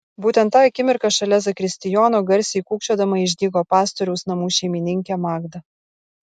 būtent tą akimirką šalia zakristijono garsiai kūkčiodama išdygo pastoriaus namų šeimininkė magda